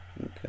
Okay